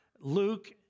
Luke